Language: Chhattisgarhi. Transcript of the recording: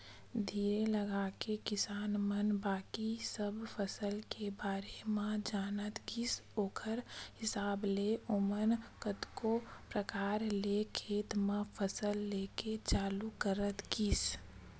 धीर लगाके किसान मन बाकी सब फसल के बारे म जानत गिस ओखर हिसाब ले ओमन कतको परकार ले खेत म फसल लेके चालू करत गिस